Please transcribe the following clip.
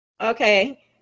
Okay